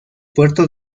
puerto